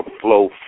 flow